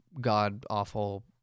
god-awful